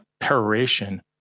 peroration